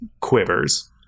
quivers